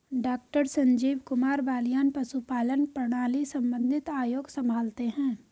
doctor Sanjeev Kumar Baliyan पशुपालन प्रणाली संबंधित आयोग संभालते हैं